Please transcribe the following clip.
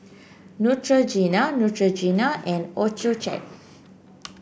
Neutrogena Neutrogena and Accucheck